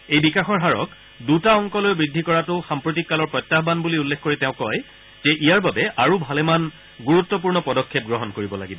এই বিকাশৰ হাৰক দুটা অংকলৈ বৃদ্ধি কৰাটো সাম্প্ৰতিক কালৰ প্ৰত্যাহান বুলি উল্লেখ কৰি তেওঁ কয় যে ইয়াৰ বাবে আৰু ভালেমান গুৰুত্বপূৰ্ণ পদক্ষেপ গ্ৰহণ কৰিব লাগিব